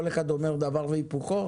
כל אחד אומר דבר והיפוכו?